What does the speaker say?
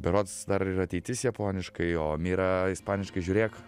berods dar ir ateitis japoniškai o mira ispaniškai žiūrėk